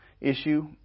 issue